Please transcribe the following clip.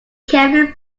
carefully